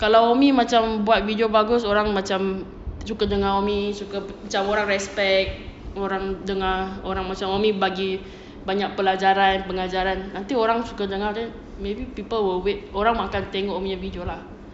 kalau umi macam buat video bagus orang macam suka dengar umi suka macam orang respect orang dengar orang macam umi bagi banyak pelajaran pelajaran nanti orang suka dengar then maybe people will wait orang akan tengok umi punya video lah